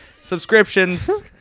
subscriptions